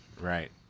right